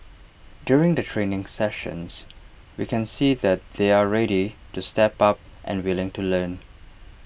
during the training sessions we can see that they're ready to step up and willing to learn